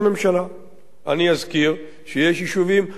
אני אזכיר שיש יישובים רבים בארץ